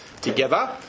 together